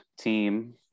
team